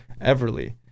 Everly